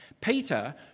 Peter